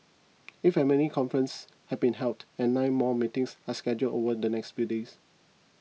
eight family conferences have been held and nine more meetings are scheduled over the next few days